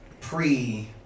pre-